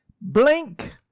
blink